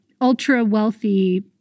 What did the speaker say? ultra-wealthy